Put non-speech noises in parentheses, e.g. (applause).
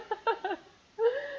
(laughs)